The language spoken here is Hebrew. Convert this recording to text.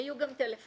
היו גם טלפונים